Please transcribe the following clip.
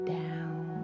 down